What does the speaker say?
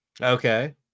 okay